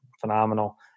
phenomenal